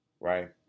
right